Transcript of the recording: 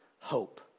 hope